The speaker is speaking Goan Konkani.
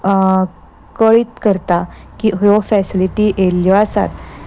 कळीत करता की ह्यो फॅसिलिटी येयल्ल्यो आसात